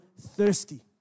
thirsty